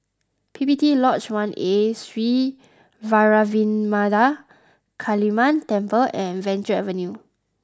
P P T Lodge One A Sri Vairavimada Kaliamman Temple and Venture Avenue